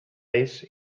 ells